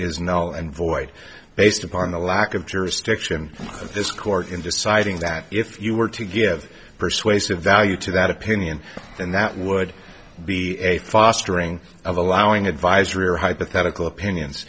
null and void based upon the lack of jurisdiction of this court in deciding that if you were to give a persuasive value to that opinion and that would be a fostering of allowing advisory or hypothetical opinions